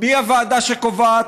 מי הוועדה שקובעת?